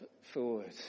forward